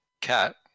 cat